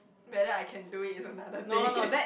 whether I can do it is another thing